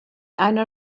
einer